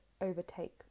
overtake